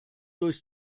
durch